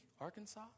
Arkansas